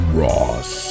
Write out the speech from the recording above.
ross